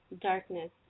darkness